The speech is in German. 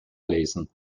lesen